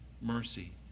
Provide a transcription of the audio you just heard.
mercy